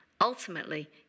ultimately